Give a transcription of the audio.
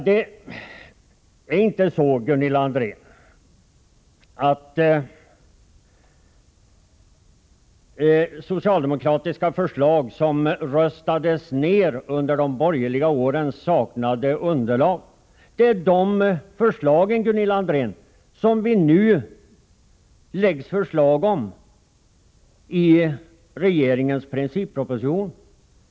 Det var inte så, Gunilla André, att socialdemokratiska förslag som röstades ned under de borgerliga åren saknade underlag. Det är de förslagen som nu läggs fram i regeringens principproposition.